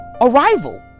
arrival